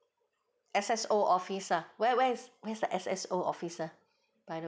S_S_O office lah where where's where's the S_S_O office !huh! by the